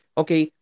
okay